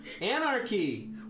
Anarchy